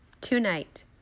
tonight